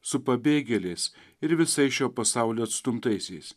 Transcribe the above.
su pabėgėliais ir visais šio pasaulio atstumtaisiais